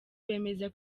bemeza